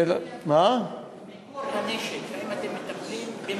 אדוני, במקור הנשק האם אתם מטפלים?